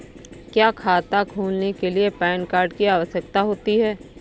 क्या खाता खोलने के लिए पैन कार्ड की आवश्यकता होती है?